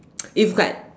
if like